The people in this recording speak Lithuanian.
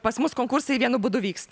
pas mus konkursai vienu būdu vyksta